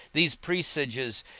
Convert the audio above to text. these presages,